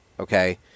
Okay